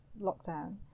lockdown